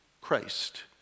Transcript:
Christ